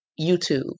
YouTube